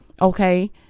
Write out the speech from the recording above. okay